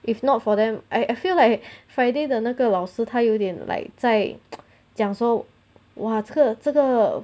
if not for them I I feel like friday 的那个老师他有点 like 在讲说 !whoa! 这个这个